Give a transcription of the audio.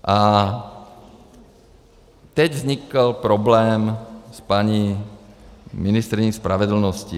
A teď vznikl problém s paní ministryní spravedlnosti.